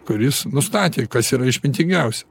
kuris nustatė kas yra išmintingiausia